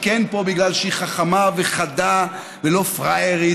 כן פה מפני שהיא חכמה וחדה ולא פראיירית,